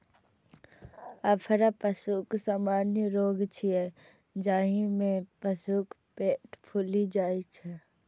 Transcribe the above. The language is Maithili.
अफरा पशुक सामान्य रोग छियै, जाहि मे पशुक पेट फूलि जाइ छै